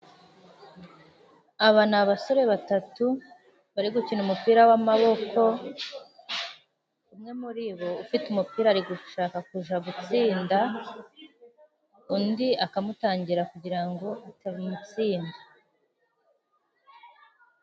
Aba ni abasore batatu bari gukina umupira w'amaboko, umwe muri bo ufite umupira ari gushaka kuja gutsinda, undi akamutangira kugira ngo atamutsinda.